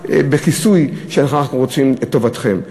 בכיסוי של "אנחנו רק רוצים את טובתכם",